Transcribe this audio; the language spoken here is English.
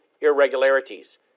irregularities